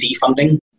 funding